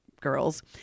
girls